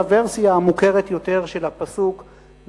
על הוורסיה המוכרת יותר של הפסוק,